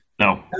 No